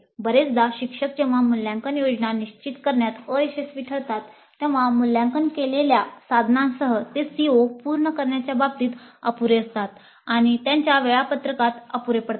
बरेचदा शिक्षक जेव्हा मूल्यांकन योजना निश्चित करण्यात अयशस्वी ठरतात तेव्हा मूल्यांकन केलेल्या साधनांसह ते CO पूर्ण करण्याच्या बाबतीत अपुरे असतात किंवा त्यांच्या वेळापत्रकात अपुरे पडतात